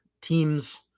teams